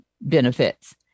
benefits